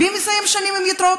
מי מסיים שנים עם יתרות?